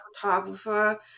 photographer